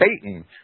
Satan